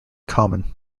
common